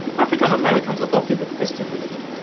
african-americans adopted the christian religion,